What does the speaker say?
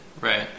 Right